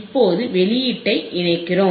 இப்போது வெளியீட்டை இணைக்கிறோம்